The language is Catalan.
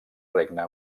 regne